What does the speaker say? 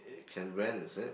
eh can rent is it